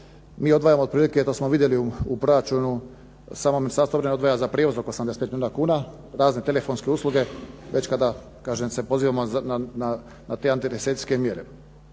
Mi odvajamo otprilike, to smo vidjeli u proračunu, samo Ministarstvo obrane odvaja za prijevoz oko 85 milijuna kuna, razne telefonske usluge, već kada se kažem pozivamo na te antirecesijske mjere.